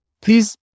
please